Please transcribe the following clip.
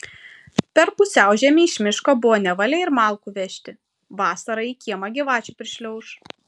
per pusiaužiemį iš miško buvo nevalia ir malkų vežti vasarą į kiemą gyvačių prišliauš